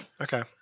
Okay